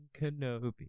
Kenobi